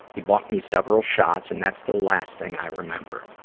he bought me several shots, and that's the last thing i remember.